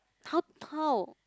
how how